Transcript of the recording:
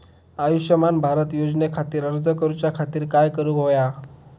आयुष्यमान भारत योजने खातिर अर्ज करूच्या खातिर काय करुक होया?